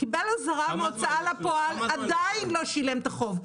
קיבל אזהרה מההוצאה לפועל, עדיין לא שילם את החוב.